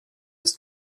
ist